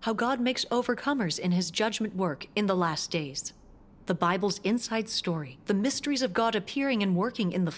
how god makes overcomers in his judgement work in the last days the bible's inside story the mysteries of god appearing and working in the